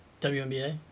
WNBA